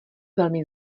velmi